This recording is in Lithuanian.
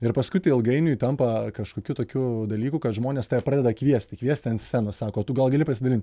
ir paskui tai ilgainiui tampa kažkokiu tokių dalyku kad žmonės tave pradeda kviesti kviesti ant scenos sako tu gal gali pasidalint